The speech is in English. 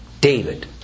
David